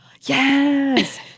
Yes